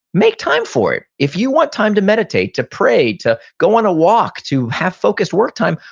make time for it. if you want time to meditate, to pray, to go on a walk, to have focused work time,